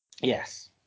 Yes